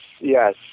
yes